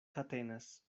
katenas